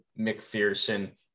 McPherson